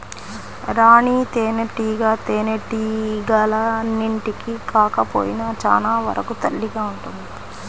రాణి తేనెటీగ తేనెటీగలన్నింటికి కాకపోయినా చాలా వరకు తల్లిగా ఉంటుంది